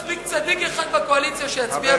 מספיק צדיק אחד בקואליציה שיצביע בעד,